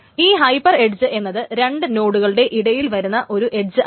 ഈ hyper edge എന്നത് രണ്ട് നോടുകളുടെ ഇടയിൽ വരുന്ന ഒരു എഡ്ജ് അല്ല